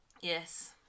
yes